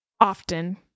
often